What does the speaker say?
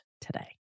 today